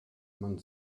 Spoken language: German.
man